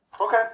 Okay